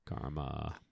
Karma